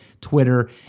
Twitter